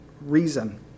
reason